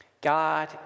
god